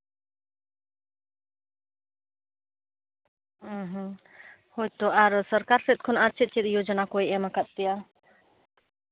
ᱦᱳᱭᱛᱚ ᱟᱨ ᱥᱚᱨᱠᱟᱨ ᱥᱮᱫ ᱠᱷᱚᱱ ᱟᱨ ᱪᱮᱫ ᱪᱮᱫ ᱡᱚᱡᱳᱱᱟ ᱠᱚᱭ ᱮᱢ ᱟᱠᱟᱫ ᱯᱮᱭᱟ